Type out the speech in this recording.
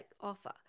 offer